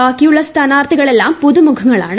ബാക്കിയുള്ള സ്ഥാനാർത്ഥികളെല്ലാം പുതുമുഖങ്ങളാണ്